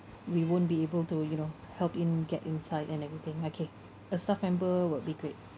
we won't be able to you know help him get inside and everything okay a staff member would be great